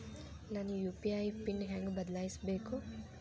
ನನ್ನ UPI PIN ಹೆಂಗ್ ಬದ್ಲಾಯಿಸ್ಬೇಕು?